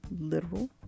literal